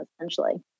essentially